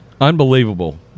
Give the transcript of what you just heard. Unbelievable